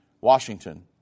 Washington